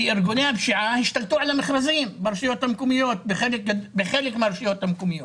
כי ארגוני הפשיעה השתלטו על המכרזים בחלק מהרשויות המקומיות.